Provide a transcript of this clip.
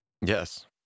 Yes